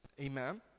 Amen